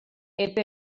epe